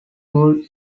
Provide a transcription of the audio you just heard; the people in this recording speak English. would